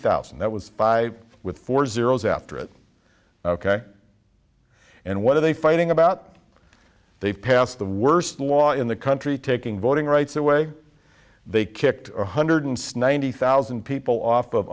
thousand that was by with four zeros after it and what are they fighting about they passed the worst law in the country taking voting rights away they kicked one hundred snotty thousand people off of